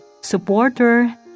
Supporter